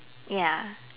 ya